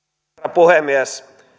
puhemies